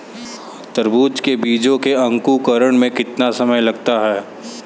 तरबूज के बीजों के अंकुरण में कितना समय लगता है?